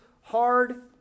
hard